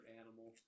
animal